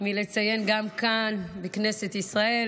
לציין זאת גם כאן, בכנסת ישראל.